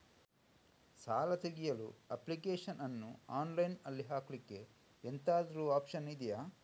ಸಾಲ ತೆಗಿಯಲು ಅಪ್ಲಿಕೇಶನ್ ಅನ್ನು ಆನ್ಲೈನ್ ಅಲ್ಲಿ ಹಾಕ್ಲಿಕ್ಕೆ ಎಂತಾದ್ರೂ ಒಪ್ಶನ್ ಇದ್ಯಾ?